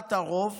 אי-הכרעת הרוב